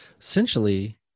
Essentially